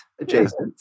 adjacent